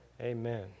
amen